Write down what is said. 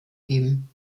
geben